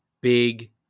big